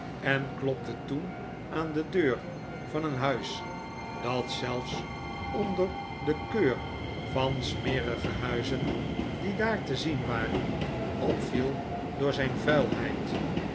en klopte toen aan de deur van een huis dat zelfs onder de keur van smerige huizen die daar te zien waren opviel door zijn vuilheid